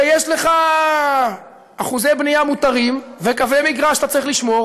ויש לך אחוזי בנייה מותרים וקווי מגרש שאתה צריך לשמור.